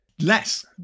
less